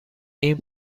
این